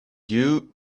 you